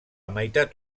meitat